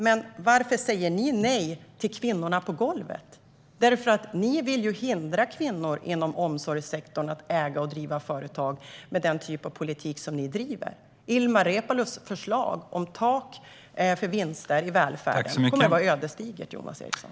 Men varför säger ni nej till kvinnorna på golvet? Ni vill nämligen med den typ av politik som ni driver hindra kvinnor inom omsorgssektorn att äga och driva företag. Ilmar Reepalus förslag om tak för vinster i välfärden kommer att vara ödesdigert, Jonas Eriksson.